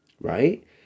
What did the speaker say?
right